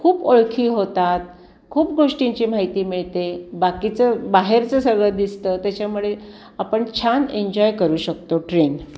खूप ओळखी होतात खूप गोष्टींची माहिती मिळते बाकीचं बाहेरचं सगळं दिसतं त्याच्यामुळे आपण छान एन्जॉय करू शकतो ट्रेन